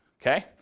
Okay